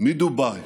מדובאי